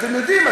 אתם יודעים,